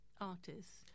artists